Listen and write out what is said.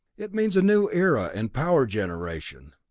it means a new era in power generation.